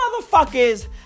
motherfuckers